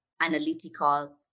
analytical